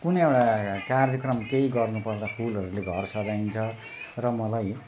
कुनै एउटा कार्यक्रम केही गर्नुपर्दा फुलहरूले घर सजाइन्छ र मलाई